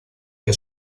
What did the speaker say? que